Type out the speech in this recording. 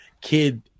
kid